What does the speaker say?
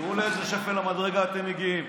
תראו לאיזה שפל המדרגה אתם מגיעים.